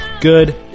good